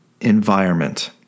environment